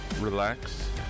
relax